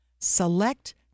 Select